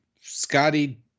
Scotty